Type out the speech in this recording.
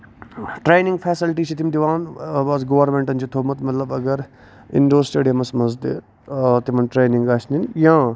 training facility چھِ تِم دِوان بَس گورمینٹن چھُ تھومُت مطلب اَگر اِنڈور سِٹیڈِیمَس تہِ تِمن ٹرینِگ آسہِ نِنۍ یا